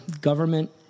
government